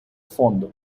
фонду